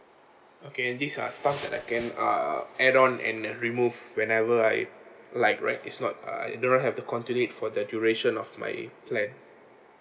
okay these are stuff that I can uh add on and remove whenever I like right it's not I do not have to continue it for the duration of my plan